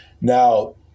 Now